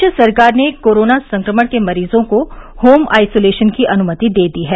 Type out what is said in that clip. प्रदेश सरकार ने कोरोना संक्रमण के मरीजों को होम आइसोलेशन की अनुमति दे दी है